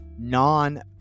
non